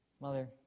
Mother